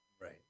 Right